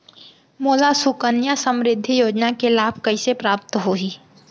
मोला सुकन्या समृद्धि योजना के लाभ कइसे प्राप्त होही?